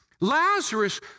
Lazarus